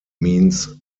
means